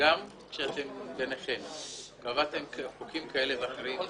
גם כשאתם ביניכם קבעתם חוקים כאלה ואחרים,